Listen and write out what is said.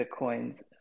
Bitcoins